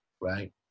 right